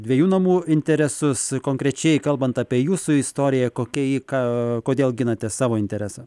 dviejų namų interesus konkrečiai kalbant apie jūsų istoriją kokia ji ką kodėl ginate savo interesą